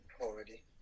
already